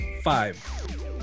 five